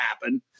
happen